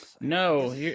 No